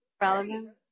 relevant